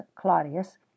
Claudius